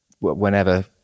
Whenever